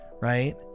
right